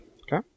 Okay